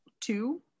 two